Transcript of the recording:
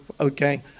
okay